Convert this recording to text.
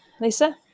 Lisa